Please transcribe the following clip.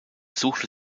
suchte